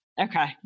okay